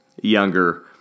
younger